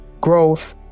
growth